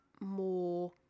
more